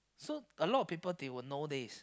so a lot of people they will know this